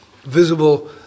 visible